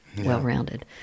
well-rounded